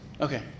Okay